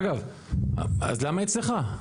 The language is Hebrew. אגב, אז למה אצלך?